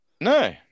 No